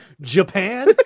Japan